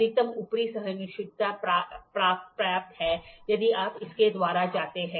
अधिकतम ऊपरी सहिष्णुता प्राप्य है यदि आप इसके द्वारा जाते हैं